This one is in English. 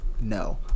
no